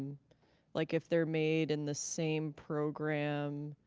like if they're made in the same program,